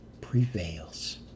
prevails